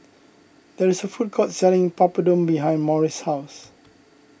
there is a food court selling Papadum behind Morris' house